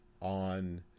on